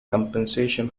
compensation